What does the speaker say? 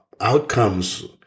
outcomes